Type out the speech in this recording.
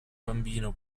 bambino